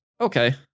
okay